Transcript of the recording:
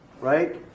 Right